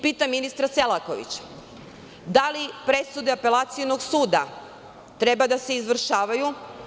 Pitam ministra Selakovića – da li presuda Apelacionog suda treba da se izvršavaju?